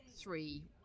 three